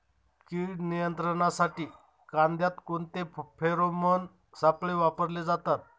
कीड नियंत्रणासाठी कांद्यात कोणते फेरोमोन सापळे वापरले जातात?